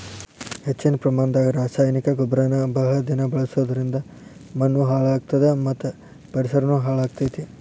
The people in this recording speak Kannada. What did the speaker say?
ಹೆಚ್ಚಿನ ಪ್ರಮಾಣದಾಗ ರಾಸಾಯನಿಕ ಗೊಬ್ಬರನ ಬಹಳ ದಿನ ಬಳಸೋದರಿಂದ ಮಣ್ಣೂ ಹಾಳ್ ಆಗ್ತದ ಮತ್ತ ಪರಿಸರನು ಹಾಳ್ ಆಗ್ತೇತಿ